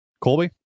colby